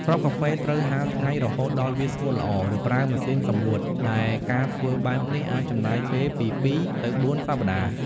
គ្រាប់កាហ្វេត្រូវហាលថ្ងៃរហូតដល់វាស្ងួតល្អ ឬប្រើម៉ាស៊ីនសម្ងួត ដែលការធ្វើបែបនេះអាចចំណាយពេលពី ២ ទៅ ៤ សប្ដាហ៍។